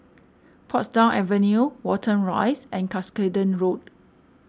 Portsdown Avenue Watten Rise and Cuscaden Road